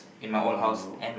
!wow!